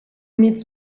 needs